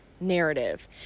narrative